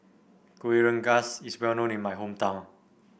Kuih Rengas is well known in my hometown